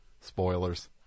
spoilers